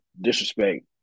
disrespect